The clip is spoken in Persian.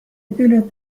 دلت